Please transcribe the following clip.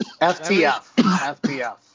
FTF